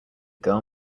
girl